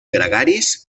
gregaris